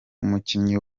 umukinnyi